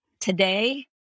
today